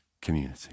community